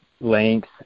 length